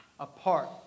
Apart